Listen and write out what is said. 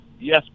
yes